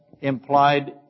implied